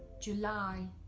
july,